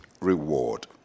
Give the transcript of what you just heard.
reward